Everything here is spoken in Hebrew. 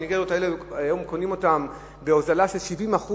היום קונים אותן בהוזלה של 70%